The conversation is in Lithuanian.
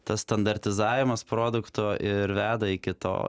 tas standartizavimas produkto ir veda iki to